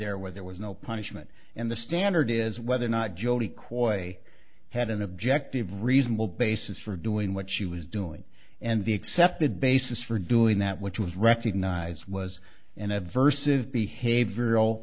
there where there was no punishment and the standard is whether or not jodi coit had an objective reasonable basis for doing what she was doing and the accepted basis for doing that which was recognize was an adverse is behavioral